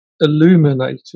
illuminated